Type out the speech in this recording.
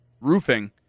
roofing